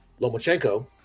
lomachenko